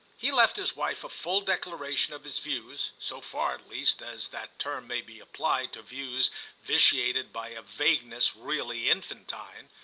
he left his wife a full declaration of his views, so far at least as that term may be applied to views vitiated by a vagueness really infantine.